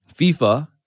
fifa